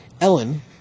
Ellen